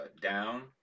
down